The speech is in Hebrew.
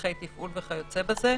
שטחי תפעול וכיוצא בזה.